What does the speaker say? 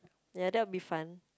ya that will be fun